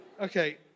Okay